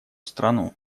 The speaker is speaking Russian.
страну